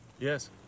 yes